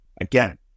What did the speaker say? again